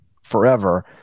forever